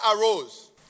arose